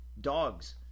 dogs